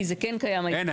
כי זה כן קיים --- אין,